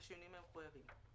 בשינויים המחויבים,